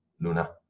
Luna